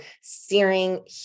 searing